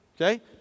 okay